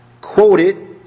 Quoted